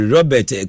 Robert